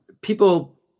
people